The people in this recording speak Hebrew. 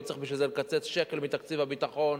לא צריך בשביל זה לקצץ שקל מתקציב הביטחון,